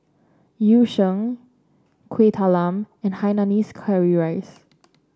Yu Sheng Kuih Talam and Hainanese Curry Rice